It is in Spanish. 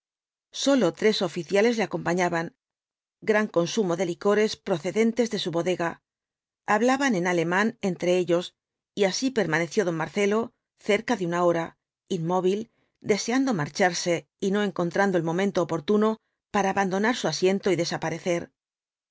sólo tres oficiales le acompañaban gran consumo de licores procedentes de su bodega hablaban en alemán entre ellos y así permaneció don marcelo cerca de una hora inmóvil deseando marcharse y no encontrando el momento oportuno para abandonar su asiento y desaparecer